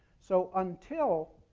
so until